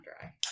dry